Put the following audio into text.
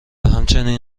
همچنین